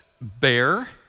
bear